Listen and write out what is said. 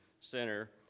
Center